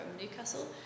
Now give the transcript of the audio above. Newcastle